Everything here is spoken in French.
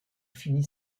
finit